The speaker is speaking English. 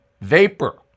vapor